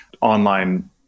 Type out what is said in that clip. online